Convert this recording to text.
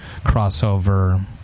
Crossover